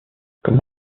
comme